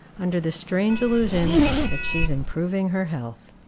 under the strange illusion that she is improving her health.